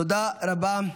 תודה רבה.